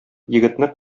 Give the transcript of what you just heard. егетне